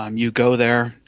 um you go there,